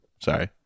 sorry